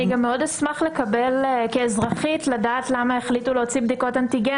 כאזרחית אני גם מאוד אשמח למה החליטו להוציא בדיקות אנטיגן.